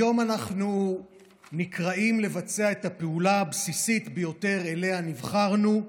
היום אנחנו נקראים לבצע את הפעולה הבסיסית ביותר שאליה נבחרנו,